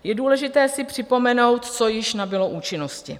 Je důležité si připomenout, co již nabylo účinnosti.